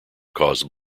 cause